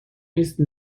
نیست